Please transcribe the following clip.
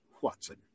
Watson